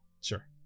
Sure